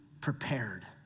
prepared